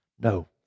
No